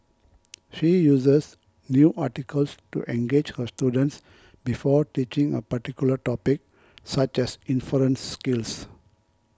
she uses news articles to engage her students before teaching a particular topic such as inference skills